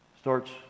Starts